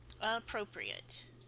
appropriate